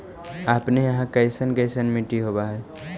अपने यहाँ कैसन कैसन मिट्टी होब है?